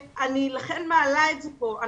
לכן אני מעלה את זה פה.